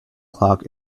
clock